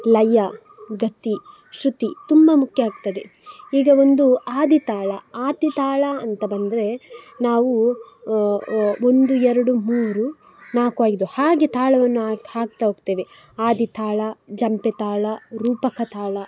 ಲಯ ಗತ್ತಿ ಶ್ರುತಿ ತುಂಬ ಮುಖ್ಯ ಆಗ್ತದೆ ಈಗ ಒಂದು ಆದಿತಾಳ ಆದಿತಾಳ ಅಂತ ಬಂದರೆ ನಾವು ಒಂದು ಎರಡು ಮೂರು ನಾಲ್ಕು ಐದು ಹಾಗೇ ತಾಳವನ್ನು ಹಾಕ್ ಹಾಕ್ತ ಹೋಗ್ತೇವೆ ಆದಿತಾಳ ಜಂಪೇತಾಳ ರೂಪಕತಾಳ